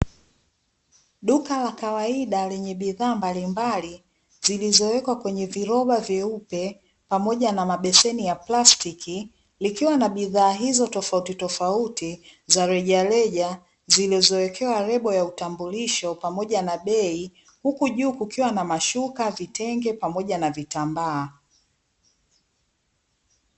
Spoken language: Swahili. Duka la kawaida lenye vifaa mbalimbali zilizowekwa kwenye viroba vyeupe pamoja na mabeseni ya plastiki likiwa na bidhaa hizo tofauti tofauti za rejareja zilizo wekewa lebo ya utambulisho pamoja na bei, huku juu kukiwa na mashuka, vitenge pamoja navitambaa.